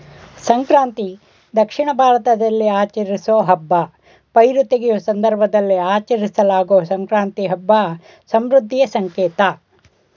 ಸಂಕ್ರಾಂತಿ ದಕ್ಷಿಣ ಭಾರತದಲ್ಲಿ ಆಚರಿಸೋ ಹಬ್ಬ ಪೈರು ತೆಗೆಯುವ ಸಂದರ್ಭದಲ್ಲಿ ಆಚರಿಸಲಾಗೊ ಸಂಕ್ರಾಂತಿ ಹಬ್ಬ ಸಮೃದ್ಧಿಯ ಸಂಕೇತ